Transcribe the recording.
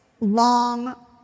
long